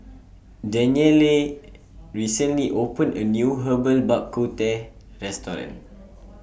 Danyelle recently opened A New Herbal Bak Ku Teh Restaurant